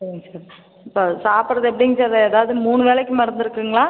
சரிங்க சார் இப்போ சாப்பிட்றது எப்படிங்க சார் ஏதாவது மூணு வேளைக்கும் மருந்திருக்குங்களா